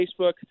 facebook